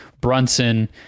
Brunson